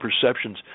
perceptions